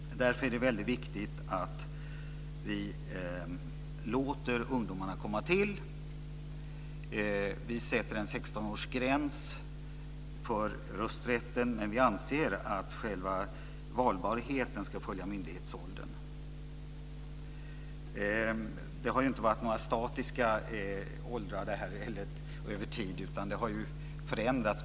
Därför är det väldigt viktigt att vi låter ungdomarna komma till. Vi sätter en 16-årsgräns för rösträtten, men vi anser att själva valbarheten ska följa myndighetsåldern. Det har ju inte varit några statiska åldrar här över tiden, utan det har förändrats.